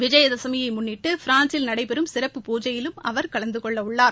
விஜயதசமியை முன்னிட்டு பிரான்ஸில் நடைபெறும் சிறப்பு பூஜையிலும் அவர் கலந்தகொள்ள உள்ளார்